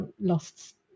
lost